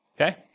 okay